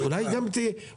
אז אולי עכשיו,